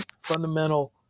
fundamental